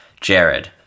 jared